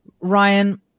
Ryan